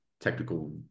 technical